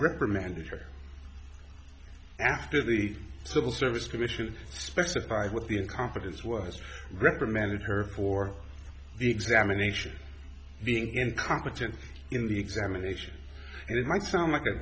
reprimanded for after the civil service commission specified what the incompetence was reprimanded her for examination being incompetent in the examination and it might sound like a